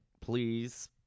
please